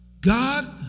God